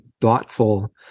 thoughtful